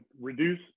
reduce